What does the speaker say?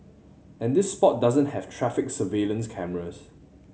and this spot doesn't have traffic surveillance cameras